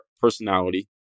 personality